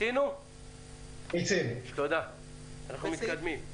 אנחנו מתקדמים.